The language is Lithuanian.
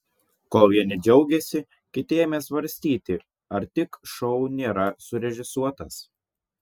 kol vieni džiaugėsi kiti ėmė svarstyti ar tik šou nėra surežisuotas